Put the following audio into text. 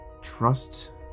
trust